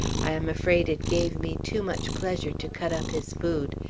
i am afraid it gave me too much pleasure to cut up his food.